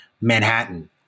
Manhattan